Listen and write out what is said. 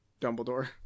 Dumbledore